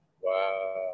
Wow